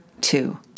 two